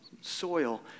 soil